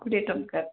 କୋଡ଼ିଏ ଟଙ୍କାର